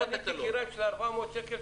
קניתי כיריים של 400 שקלים,